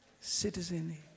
Citizen